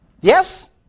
yes